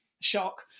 shock